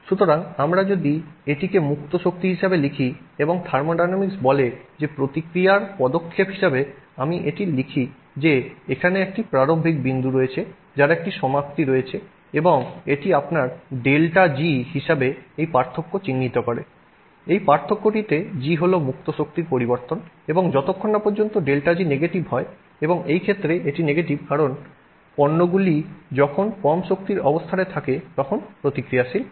সুতরাং আমি যদি এটিকে মুক্ত শক্তি হিসাবে লিখি এবং থার্মোডাইনামিক্স বলে যে প্রতিক্রিয়ার পদক্ষেপ হিসাবে আমি এটি লিখি যে এখানে একটি প্রারম্ভিক বিন্দু রয়েছে যার একটি সমাপ্তি রয়েছে এবং এটি আপনার ΔG হিসাবে এই পার্থক্য চিহ্নিত করে এই পার্থক্যটিতে G হল মুক্ত শক্তির পরিবর্তন এবং যতক্ষণ না ΔG নেগেটিভ হয় এবং এই ক্ষেত্রে এটি নেগেটিভ কারণ পণ্যগুলি যখন কম শক্তির অবস্থানে থাকে তখন প্রতিক্রিয়াশীল হয়